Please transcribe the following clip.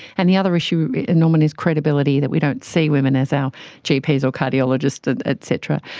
and the other issue and um and is credibility, that we don't see women as our gps or cardiologists et cetera.